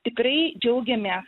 tikrai džiaugiamės